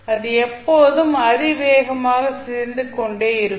அது எப்போதும் அதிவேகமாக சிதைந்து கொண்டே இருக்கும்